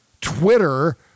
Twitter